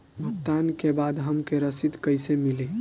भुगतान के बाद हमके रसीद कईसे मिली?